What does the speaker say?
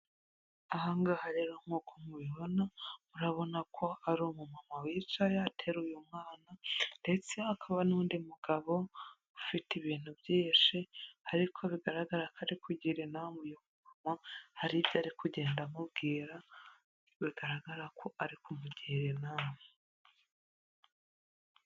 Ahangaha rero nk'uko mubibona, murabona ko ari umu mama wicaye ateruye umwana ndetse hakaba n'undi mugabo ufite ibintu byinshi, ariko bigaragara ko ari kugir’inama uyu mu mama, har’ibyo ari kugenda amubwira bigaragara ko ari kumugira inama.